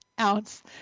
ounce